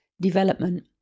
development